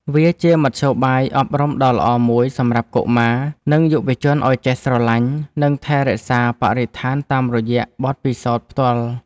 វាជាមធ្យោបាយអប់រំដ៏ល្អមួយសម្រាប់កុមារ និងយុវជនឱ្យចេះស្រឡាញ់ និងថែរក្សាបរិស្ថានតាមរយៈបទពិសោធន៍ផ្ទាល់។